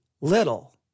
little